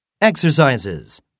Exercises